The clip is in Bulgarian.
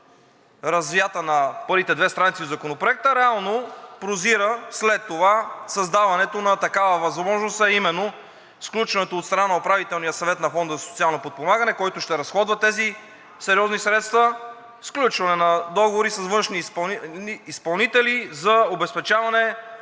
развята на първите две страници в Законопроекта, реално прозира след това създаването на такава възможност, а именно сключването на договори от страна на Управителния съвет на Фонда за социално подпомагане, който ще разходва тези сериозни средства, с външни изпълнители за обезпечаване